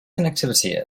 connectivity